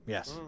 Yes